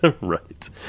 Right